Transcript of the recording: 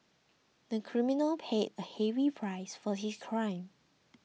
the criminal paid a heavy price for his crime